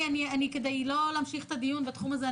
כדי שלא להמשיך את הדיון בתחום הזה,